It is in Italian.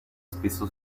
spesso